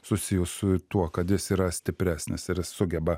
susijus su tuo kad jis yra stipresnis ir jis sugeba